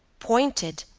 pointed,